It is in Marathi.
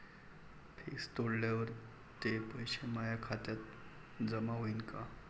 फिक्स तोडल्यावर ते पैसे माया खात्यात जमा होईनं का?